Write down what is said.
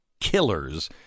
killers